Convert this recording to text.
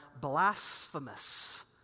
blasphemous